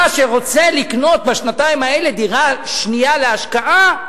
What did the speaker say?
אתה שרוצה לקנות בשנתיים האלה דירה שנייה להשקעה,